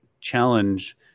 challenge